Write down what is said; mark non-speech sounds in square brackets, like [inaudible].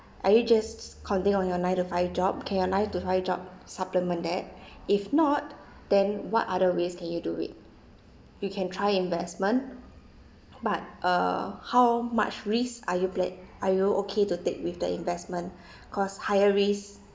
are you just continue on your nine to five job okay or nine to five job supplement that if not then what other ways can you do it you can try investment but uh how much risk are you plan~ are you okay to take with the investment [breath] because higher risk